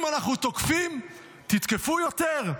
אם אנחנו תוקפים, תתקפו יותר.